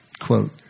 quote